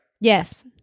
Yes